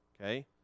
Okay